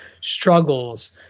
struggles